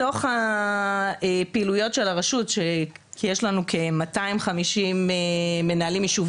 בתוך הפעילויות של הרשות, יש לנו כ-250 מנהלי ישוב